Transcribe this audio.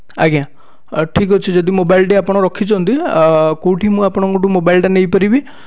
ଆଜ୍ଞା ଅ ଠିକ୍ ଅଛି ଯଦି ମୋବାଇଲ୍ଟି ଆପଣ ରଖିଛନ୍ତି କେଉଁଠି ମୁଁ ଆପଣଙ୍କଠାରୁ ମୋବାଇଲ୍ଟି ନେଇପାରିବି